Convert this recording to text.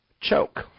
Choke